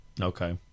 Okay